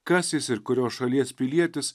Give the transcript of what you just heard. kas jis ir kurios šalies pilietis